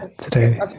today